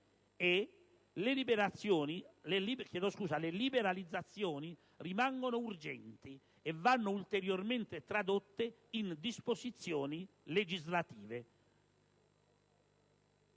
Le liberalizzazioni rimangono urgenti e vanno ulteriormente tradotte in disposizioni legislative;